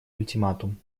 ультиматум